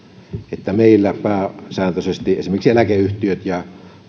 että meillä pääsääntöisesti esimerkiksi eläkeyhtiöt ja